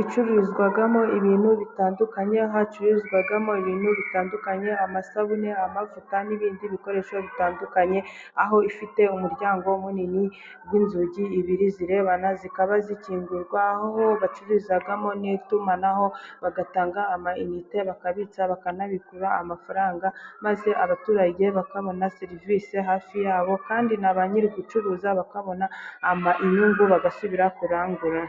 icuruzwamo ibintu bitandukanye, hacururizwamo ibintu bitandukanye: Amasabune, amavuta, n'ibindi bikoresho bitandukanye, aho ifite umuryango munini w'inzugi ebyiri zirebana zikaba zikingurwa, aho bacururizamo n'itumanaho, bagatanga amayinite, bakabitsa, bakanabikura amafaranga, maze abaturage bakabona serivisi hafi yabo, kandi na ba nyiri ugucuruza bakabona inyungu bagasubira kurangura.